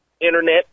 internet